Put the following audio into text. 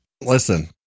listen